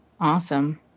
Awesome